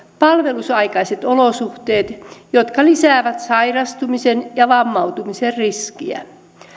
palvelusaikaiset olosuhteet jotka lisäävät sairastumisen ja vammautumisen riskiä